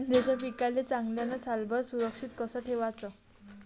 कांद्याच्या पिकाले चांगल्यानं सालभर सुरक्षित कस ठेवाचं?